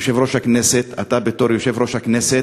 יושב-ראש הכנסת, אתה, בתור יושב-ראש הכנסת,